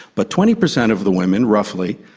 but twenty percent of the women, roughly,